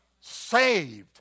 saved